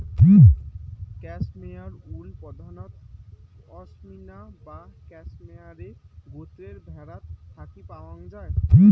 cashmere wool প্রধানত পসমিনা বা ক্যাশমেয়ারে গোত্রের ভ্যাড়াত থাকি পাওয়াং যাই